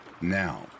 Now